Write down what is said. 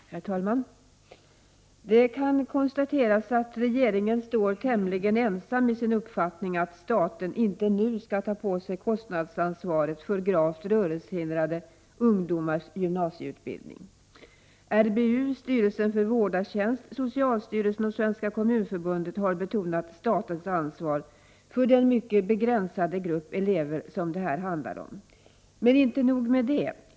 Herr talman! Det kan konstateras att regeringen står tämligen ensam i sin uppfattning att staten inte nu skall ta på sig kostnadsansvaret för gravt rörelsehindrade ungdomars gymnasieutbildning. RBU, styrelsen för vårdartjänst, socialstyrelsen och Svenska kommunförbundet har betonat statens ansvar för den mycket begränsade grupp elever som det här handlar om. Inte nog med det.